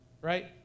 Right